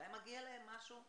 אולי מגיע להם משהו?